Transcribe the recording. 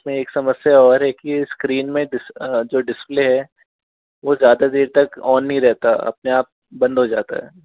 उसमें एक समस्या और है कि इस्क्रीन में जो डिस्प्ले है वो ज़्यादा देर तक ऑन नहीं रहता अपने आप बंद हो जाता है